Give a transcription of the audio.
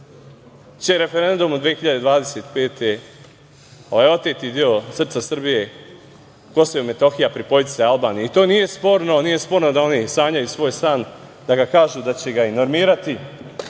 će referendum 2025. godine oteti deo srca Srbije, Kosova i Metohije, pripojiti se Albaniji. To nije sporno da oni sanjaju svoj san, kažu da će ga i normirati,